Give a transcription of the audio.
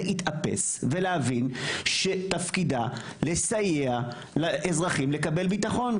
להתאפס ולהבין שתפקידה לסייע לאזרחים לקבל ביטחון,